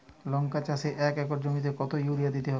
লংকা চাষে এক একর জমিতে কতো ইউরিয়া দিতে হবে?